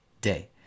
day